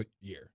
year